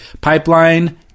pipeline